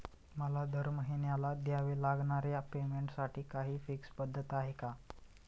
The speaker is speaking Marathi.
मला दरमहिन्याला द्यावे लागणाऱ्या पेमेंटसाठी काही फिक्स पद्धत आहे का?